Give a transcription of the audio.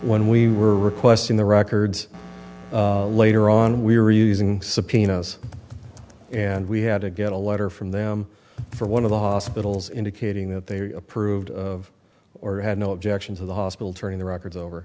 when we were requesting the records later on we were using subpoenas and we had to get a letter from them for one of the hospitals indicating that they were approved of or had no objection to the hospital turning the records over